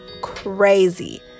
crazy